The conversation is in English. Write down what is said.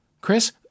Chris